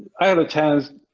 had a chance